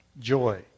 joy